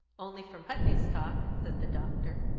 only from putney's talk, said the doctor.